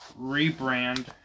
rebrand